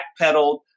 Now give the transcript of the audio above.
backpedaled